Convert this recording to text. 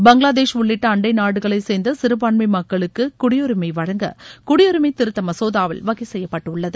பங்களாதேஷ் உள்ளிட்ட அண்டை நாடுகளைச் சேர்ந்த சிறுபாண்மை மக்களுக்கு குடியுரிமை வழங்க குடியுரிமை திருத்த மசோதாவில் வகை செய்யப்பட்டுள்ளது